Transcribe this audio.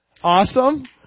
Awesome